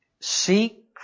seek